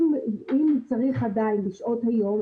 אם צריך בשעות היום,